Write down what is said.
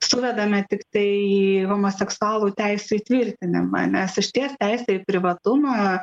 suvedame tiktai į homoseksualų teisių įtvirtinimą nes išties teisė į privatumą